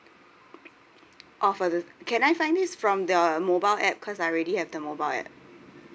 oh for the can I find this from the mobile app cause I already have the mobile app